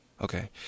okay